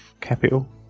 Capital